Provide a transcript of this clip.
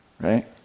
right